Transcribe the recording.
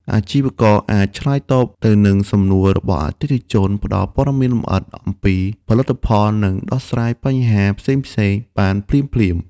អាជីវករអាចឆ្លើយតបទៅនឹងសំណួររបស់អតិថិជន ផ្ដល់ព័ត៌មានលម្អិតអំពីផលិតផល និងដោះស្រាយបញ្ហាផ្សេងៗបានភ្លាមៗ។